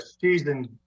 season